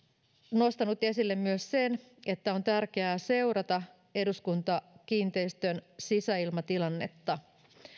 nostanut esille myös sen että on tärkeää seurata eduskuntakiinteistön sisäilmatilannetta